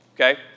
okay